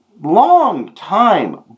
long-time